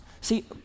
See